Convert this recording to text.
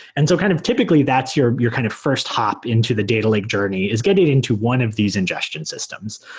and so kind of typically, that's your your kind of first hop into the data lake journey, is get it into one of these ingestion systems.